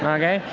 ok,